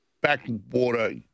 backwater